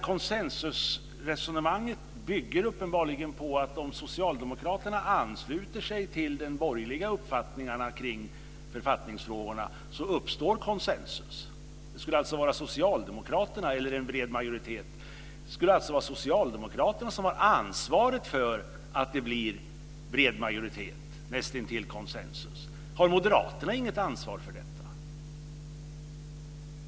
Konsensusresonemanget bygger uppenbarligen på att om socialdemokraterna ansluter sig till de borgerliga uppfattningarna kring författningsfrågorna så uppstår det konsensus eller en bred majoritet. Det skulle alltså vara socialdemokraterna som har ansvar för att det blir en bred majoritet, näst intill konsensus. Har moderaterna inget ansvar för detta?